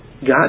God